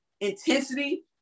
intensity